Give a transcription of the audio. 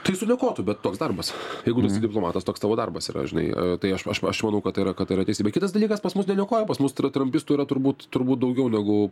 tai suniokotų bet toks darbas jeigu tu esi diplomatas toks tavo darbas yra žinai tai aš aš manau kad tai yra kad tai yra teisybė kitas dalykas pas mus neniokoja pas mus trampistų yra turbūt turbūt daugiau negu